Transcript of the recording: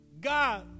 God